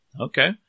Okay